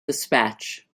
dispatch